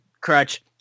crutch